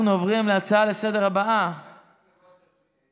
אנחנו עוברים להצעות הבאות לסדר-היום,